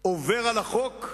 שעובר על החוק?